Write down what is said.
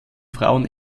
frauen